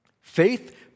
Faith